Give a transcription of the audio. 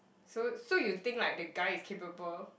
so so you think like the guy is capable